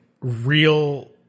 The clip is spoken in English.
real